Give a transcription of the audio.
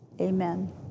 Amen